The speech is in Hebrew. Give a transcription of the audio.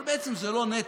אבל בעצם זה לא נטל,